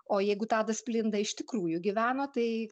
o jeigu tadas blinda iš tikrųjų gyveno tai